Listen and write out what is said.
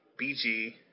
BG